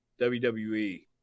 WWE